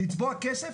לצבוע כסף,